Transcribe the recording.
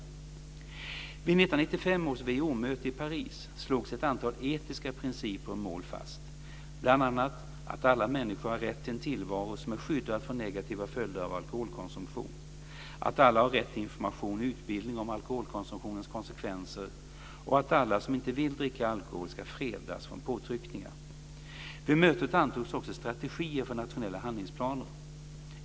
Vid 1995 års WHO-möte i Paris slogs ett antal etiska principer och mål fast, bl.a. att alla människor har rätt till en tillvaro som är skyddad från negativa följder av alkoholkonsumtion, att alla har rätt till information och utbildning om alkoholkonsumtionens konsekvenser och att alla som inte vill dricka alkohol ska fredas från påtryckningar. Vid mötet antogs också strategier för nationella handlingsplaner.